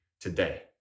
today